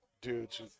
dudes